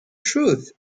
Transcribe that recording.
truth